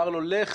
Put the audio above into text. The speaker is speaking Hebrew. אמר לו: לך